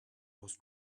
was